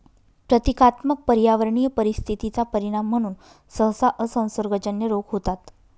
प्रतीकात्मक पर्यावरणीय परिस्थिती चा परिणाम म्हणून सहसा असंसर्गजन्य रोग होतात